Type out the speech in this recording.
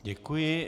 Děkuji.